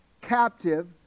captive